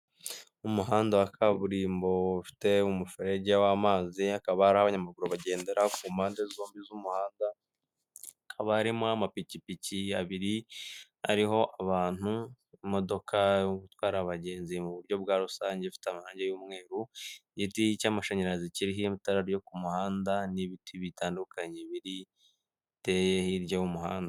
Ni umuhanda wa kaburimbo ufite umuferege w'amazi akaba ari abanyamaguru bagendera ku mpande zombi z'umuhanda hakaharimo amapikipiki abiri ariho abantu imodoka gutwara abagenzi mu buryo bwa rusange ifite amahangi y'umweru, igiti cy'amashanyarazi kiriho amatara yo ku muhanda n'ibiti bitanduknye biteye hirya y'umuhanda.